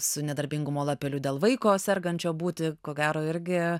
su nedarbingumo lapeliu dėl vaiko sergančio būti ko gero irgi